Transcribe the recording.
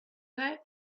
guy